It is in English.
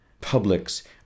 publics